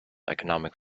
economic